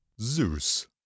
zeus